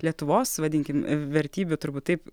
lietuvos vadinkim vertybių turbūt taip